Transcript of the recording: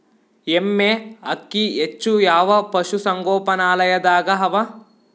ಎಮ್ಮೆ ಅಕ್ಕಿ ಹೆಚ್ಚು ಯಾವ ಪಶುಸಂಗೋಪನಾಲಯದಾಗ ಅವಾ?